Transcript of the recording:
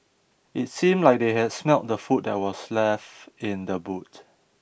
it seemed like that they had smelt the food that was left in the boot